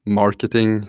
marketing